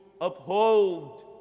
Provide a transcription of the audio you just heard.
uphold